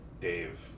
Dave